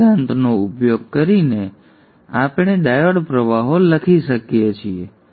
તેથી સિદ્ધાંતનો ઉપયોગ કરીને આપણે ડાયોડ પ્રવાહો લખી શકીએ છીએ